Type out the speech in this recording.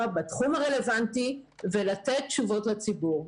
בתחום הרלוונטי ולתת תשובות לציבור.